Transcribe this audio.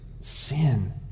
sin